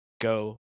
Go